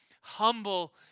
humble